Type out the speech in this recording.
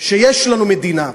שיש לנו מדינה,